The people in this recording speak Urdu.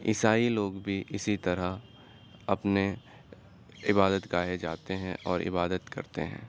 عیسائی لوگ بھی اسی طرح اپنے عبادت گاہیں جاتے ہیں اور عبادت کرتے ہیں